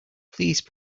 please